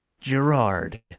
Gerard